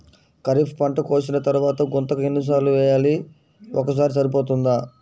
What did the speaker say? ఖరీఫ్ పంట కోసిన తరువాత గుంతక ఎన్ని సార్లు వేయాలి? ఒక్కసారి సరిపోతుందా?